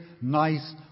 nice